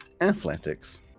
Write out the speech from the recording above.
Athletics